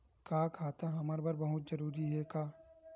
का खाता हमर बर बहुत जरूरी हे का?